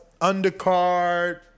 undercard